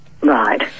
Right